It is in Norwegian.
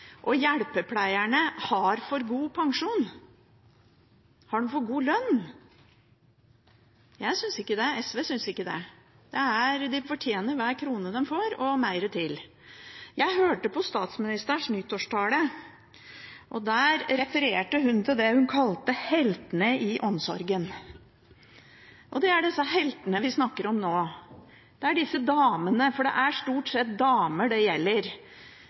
og hjelpepleierne har for god pensjon? Har de for god lønn? Jeg synes ikke det. SV synes ikke det. De fortjener hver krone de får, og mer til. Jeg hørte på statsministerens nyttårstale. Der refererte hun til det hun kalte heltene i omsorgen. Det er disse heltene vi snakker om nå. Det er disse damene – for det er stort sett damer det gjelder